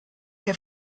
che